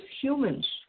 humans